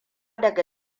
daga